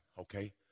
okay